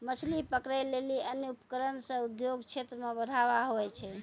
मछली पकड़ै लेली अन्य उपकरण से उद्योग क्षेत्र मे बढ़ावा हुवै छै